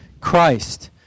Christ